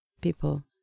people